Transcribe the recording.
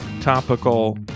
topical